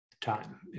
time